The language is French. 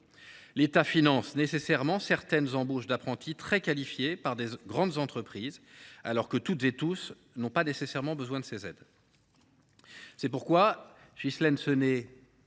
l’État finance certaines embauches d’apprentis très qualifiés par de grandes entreprises, alors que toutes et tous n’ont pas nécessairement besoin de ces aides. C’est pourquoi Ghislaine Senée